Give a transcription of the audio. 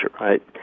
right